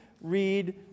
read